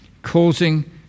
causing